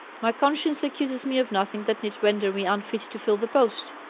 my conscience accuses me of nothing that need render me unfit to fill the post,